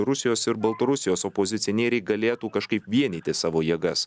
rusijos ir baltarusijos opozicionieriai galėtų kažkaip vienyti savo jėgas